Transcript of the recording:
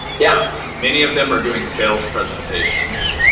yeah many of them are doing sales presentations,